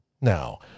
Now